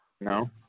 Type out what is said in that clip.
No